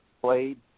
played